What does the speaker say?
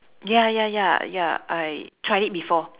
ya ya ya ya I tried it before